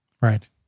Right